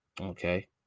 Okay